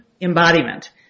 embodiment